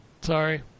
Sorry